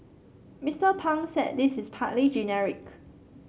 Mister Pang said this is partly genetic